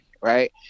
right